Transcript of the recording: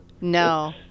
No